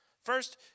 First